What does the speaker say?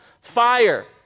fire